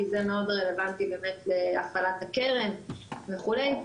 כי זה מאוד רלוונטי באמת להפעלת הקרן וכולי,